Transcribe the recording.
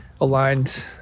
aligned